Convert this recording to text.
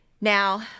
Now